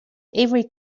every